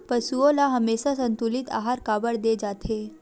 पशुओं ल हमेशा संतुलित आहार काबर दे जाथे?